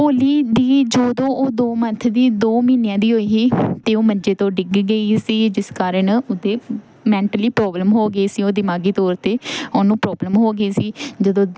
ਭੋਲੀ ਦੀ ਜਦੋਂ ਉਹ ਦੋ ਮੰਥ ਦੀ ਦੋ ਮਹੀਨਿਆਂ ਦੀ ਹੋਈ ਸੀ ਤਾਂ ਉਹ ਮੰਜੇ ਤੋਂ ਡਿੱਗ ਗਈ ਸੀ ਜਿਸ ਕਾਰਨ ਉਹਦੇ ਮੈਂਟਲੀ ਪ੍ਰੋਬਲਮ ਹੋ ਗਈ ਸੀ ਉਹ ਦਿਮਾਗੀ ਤੌਰ 'ਤੇ ਉਹਨੂੰ ਪ੍ਰੋਬਲਮ ਹੋ ਗਈ ਸੀ ਜਦੋਂ